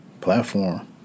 platform